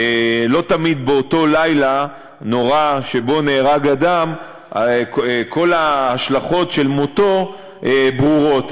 לא תמיד באותו לילה נורא שבו נהרג אדם כל ההשלכות של מותו ברורות.